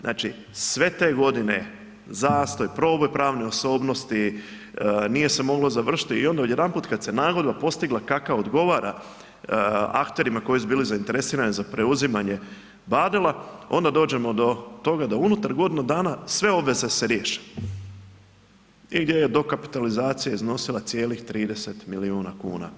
Znači, sve te godine, zastoj, proboj pravne osobnosti, nije se moglo završiti i onda odjedanput kad se nagodba postigla kakva odgovara akterima koji su bili zainteresirani za preuzimanje Badela onda dođemo do toga da unutar godinu dana sve obveze se riješe i gdje je dokapitalizacija iznosila cijelih 30 milijuna kuna.